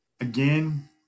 again